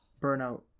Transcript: burnout